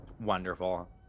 wonderful